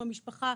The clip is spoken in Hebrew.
עם המשפחה,